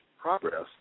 progress